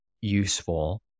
useful